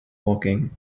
woking